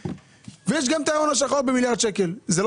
אבל יש עדיין את ההון השחור במיליארד שקל?